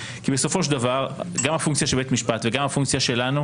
כי בסופו של דבר גם הפונקציה של בית המשפט וגם הפונקציה שלנו,